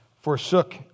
forsook